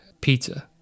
pizza